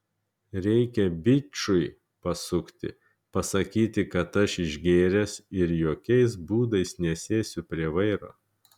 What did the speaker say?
reikia bičui pasukti pasakyti kad aš išgėręs ir jokiais būdais nesėsiu prie vairo